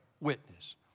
witness